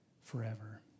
forever